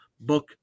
book